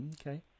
Okay